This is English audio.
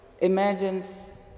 imagines